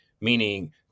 meaning